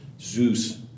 Zeus